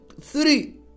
three